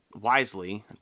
wisely